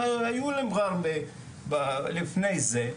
שהיו למע'אר לפני זה,